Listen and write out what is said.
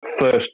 first